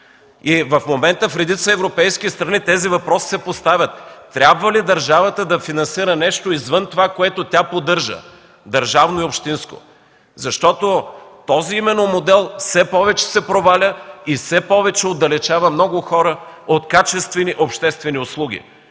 В момента в редица европейски страни тези въпроси се поставят – трябва ли държавата да финансира нещо, извън това което тя поддържа – държавно и общинско? Именно този модел все повече се проваля и все повече отдалечава много хора от качествени обществени услуги.